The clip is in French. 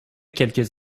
quelques